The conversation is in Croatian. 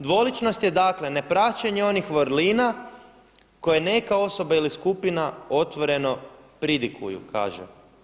Dvoličnost je dakle ne praćenje onih vrlina koje neka osoba ili skupina otvoreno pridikuju kaže.